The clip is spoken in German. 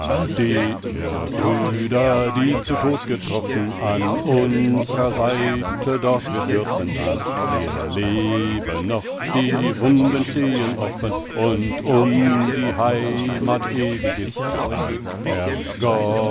ihr brüder die zu tod getroffen an unsrer seite dort wir stürzen sahn wir leben noch die wunden stehen offen und um die heimath ewig ist's gethan